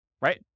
right